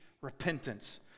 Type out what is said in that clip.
repentance